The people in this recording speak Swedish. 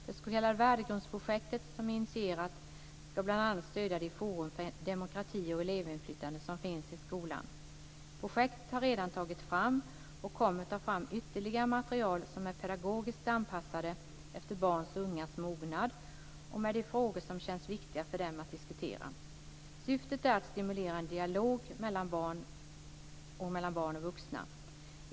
Det s.k. värdegrundsprojektet, som jag initierat, ska bl.a. stödja de forum för demokrati och elevinflytande som finns i skolan. Projektet har redan tagit fram, och kommer att ta fram, ytterligare material som är pedagogiskt anpassat efter barns och ungas mognad och med de frågor som känns viktiga för dem att diskutera. Syftet är att stimulera en dialog mellan barn och mellan barn och vuxna.